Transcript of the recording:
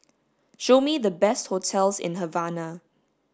show me the best hotels in Havana